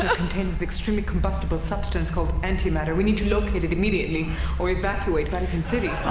extremely combustible substance called antimatter. we need to locate it immediately or evacuate vatican city